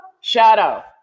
shadow